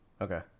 Okay